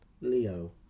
Leo